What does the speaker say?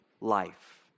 life